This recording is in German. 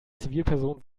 zivilperson